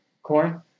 Corn